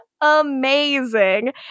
Amazing